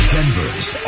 Denver's